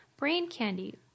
BRAINCANDY